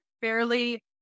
fairly